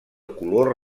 color